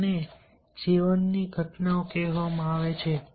આને જીવનની ઘટનાઓ કહેવામાં આવે છે